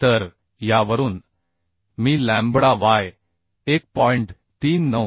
तर यावरून मी लॅम्बडा वाय 1